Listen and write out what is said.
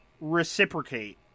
reciprocate